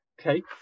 Okay